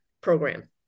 program